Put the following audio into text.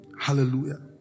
Hallelujah